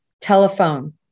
telephone